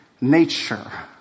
nature